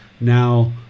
now